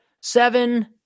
Seven